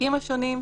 העסקים השונים.